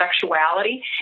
sexuality